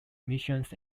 missions